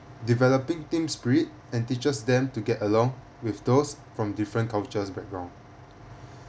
developing team spirit and teaches them to get along with those from different cultures background